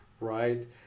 right